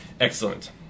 Excellent